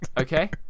Okay